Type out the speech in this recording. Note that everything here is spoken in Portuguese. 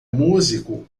músico